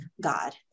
God